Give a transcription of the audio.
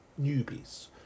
newbies